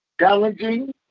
Challenging